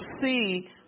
see